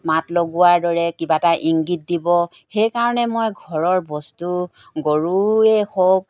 মাত লগোৱাৰ দৰে কিবা এটা ইংগিত দিব সেইকাৰণে মই ঘৰৰ বস্তু গৰুৱে হওক